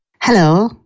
Hello